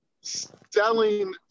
selling